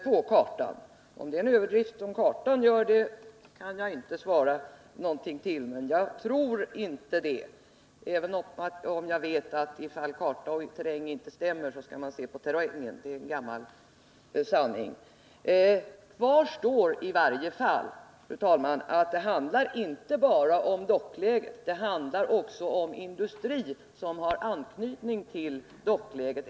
Om siffran blir överdriven på grund av kartan kan jag inte svara på, men jag tror inte det, även om jag vet att det är en gammal sanning att när kartan och terrängen inte stämmer skall man lita på terrängen. Men det handlar inte bara om själva dockläget. Det handlar också om verksamhet som har anknytning till dockläget.